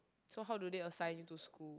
so how do they assigning to school